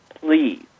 Please